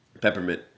Peppermint